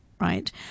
right